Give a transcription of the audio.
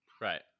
right